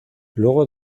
luego